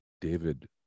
David